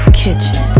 kitchen